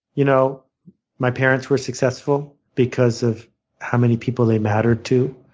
you know my parents were successful because of how many people they mattered to.